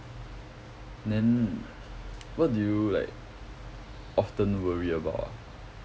then what do you like often worry about ah